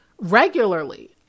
regularly